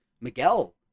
Miguel